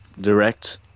direct